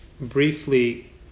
briefly